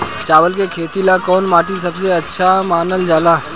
चावल के खेती ला कौन माटी सबसे अच्छा मानल जला?